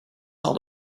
not